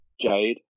Jade